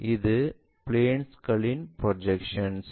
இது பிளேன்களின் ப்ரொஜெக்ஷன்ஸ்